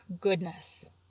goodness